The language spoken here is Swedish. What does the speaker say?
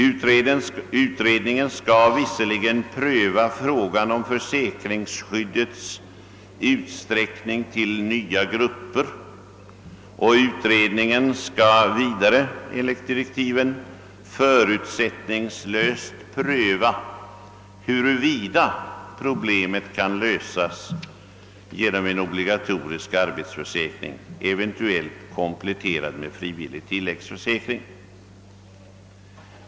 Utredningen skall visserligen pröva frågan om försäkringsskyddets utsträckning till nya grupper, och den skall vidare enligt direktiven förutsättningslöst pröva huruvida problemet kan lösas genom en obligatorisk arbetslöshetsförsäkring, eventuellt kompletterad med frivillig tilläggsförsäkring.